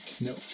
no